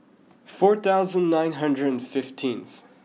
four thousand nine hundred and fifteenth